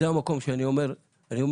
זה המקום שאני אומר לכולם,